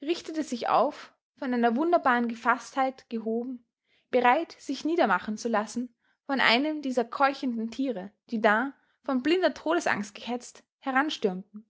richtete sich auf von einer wunderbaren gefaßtheit gehoben bereit sich niedermachen zu lassen von einem dieser keuchenden tiere die da von blinder todesangst gehetzt heranstürmten